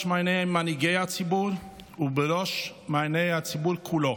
מעייני מנהיגי הציבור ובראש מעייני הציבור כולו.